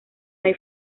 hay